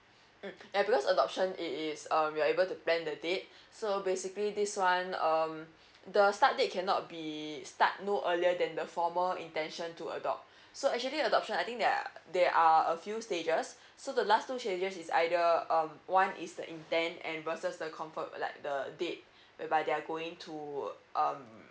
mm ya because adoption it is um you're able to plan the date so basically this one um the start date cannot be start no earlier than the formal intention to adopt so actually adoption I think there are there are a few stages so the last two stages is either um one is the intent and versus the confirm like the date whereby they're going to um